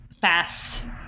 fast